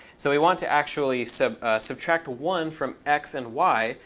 so we want to actually so subtract one from x and y,